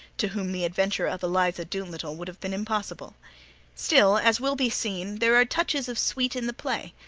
to whom the adventure of eliza doolittle would have been impossible still, as will be seen, there are touches of sweet in the play.